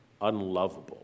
unlovable